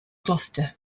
gloucester